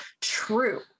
true